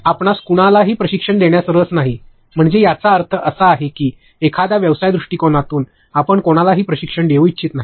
आपणास कुणालाही प्रशिक्षण देण्यात रस नाही म्हणजे याचा अर्थ असा की एखाद्या व्यवसाय दृष्टीकोनातून आपण कोणालाही प्रशिक्षण देऊ इच्छित नाही